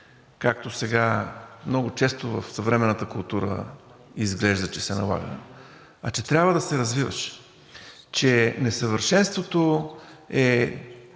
както сега много често в съвременната култура изглежда, че се налага, а че трябва да се развиваш, че несъвършенството е